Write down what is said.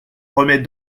remets